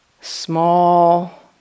small